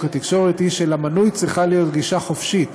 התקשורת היא שלמנוי צריכה להיות גישה חופשית